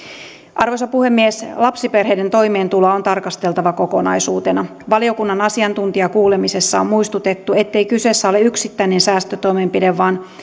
arvoisa puhemies lapsiperheiden toimeentuloa on tarkasteltava kokonaisuutena valiokunnan asiantuntijakuulemisessa on muistutettu ettei kyseessä ole yksittäinen säästötoimenpide vaan